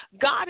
God